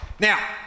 Now